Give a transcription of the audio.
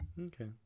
Okay